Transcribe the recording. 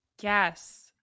Yes